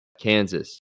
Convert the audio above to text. Kansas